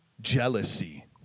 Jealousy